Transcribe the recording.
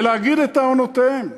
ולהגיד את טענותיהם,